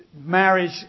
marriage